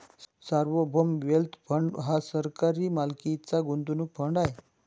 सार्वभौम wealth fund हा सरकारी मालकीचा गुंतवणूक फंड आहे